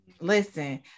Listen